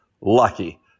lucky